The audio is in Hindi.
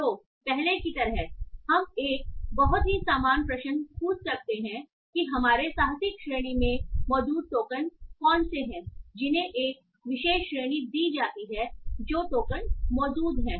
तो पहले की तरह हम एक बहुत ही समान प्रश्न पूछ सकते हैं कि हमारे साहसिक श्रेणी में मौजूद टोकन कौन से हैं जिन्हें एक विशेष श्रेणी दी जाती है जो टोकन मौजूद हैं